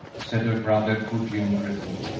said her brother, good-humoredly,